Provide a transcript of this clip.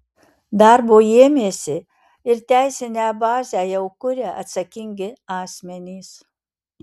darbo ėmėsi ir teisinę bazę jau kuria atsakingi asmenys